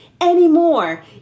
anymore